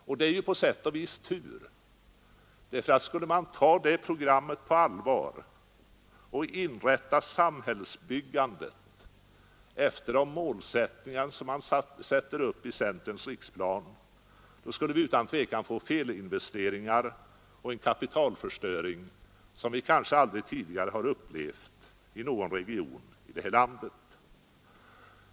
Och det är på sätt och vis tur, därför att skulle man ta programmet på allvar och inrätta samhällsbyggandet efter målsättningarna i centerns riksplan, skulle vi utan tvivel få felinvesteringar och en kapitalförstöring som vi kanske aldrig tidigare har upplevt i någon region i landet.